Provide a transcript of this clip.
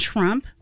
Trump